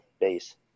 base